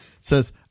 says